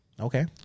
Okay